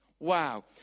Wow